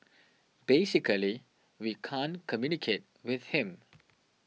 basically we can't communicate with him